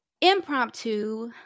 impromptu